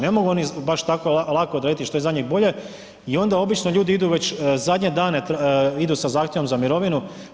Ne mogu oni baš tako lako odrediti što je za njih bolje i onda obično ljudi idu već zadnje dane idu sa zahtjevom za mirovinu.